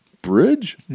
Bridge